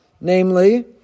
Namely